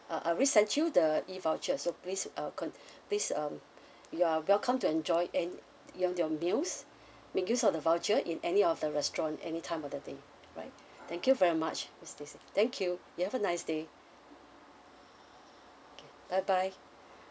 uh I already sent you the e vouchers so please uh con~ please um you are welcome to enjoy any you know your meals make use of the voucher in any of the restaurant anytime of the day right thank you very much miss stacey thank you you have a nice day okay bye bye